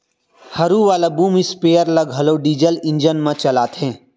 हरू वाला boom spare ल घलौ डीजल इंजन म चलाथें